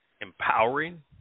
empowering